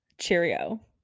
Cheerio